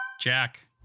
Jack